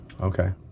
Okay